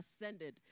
ascended